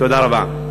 תודה רבה.